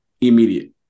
Immediate